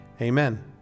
Amen